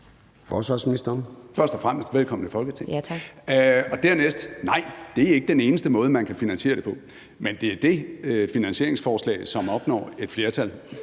Tak). Dernæst vil jeg sige: Nej, det er ikke den eneste måde, man kan finansiere det på. Men det er det finansieringsforslag, som opnår et flertal,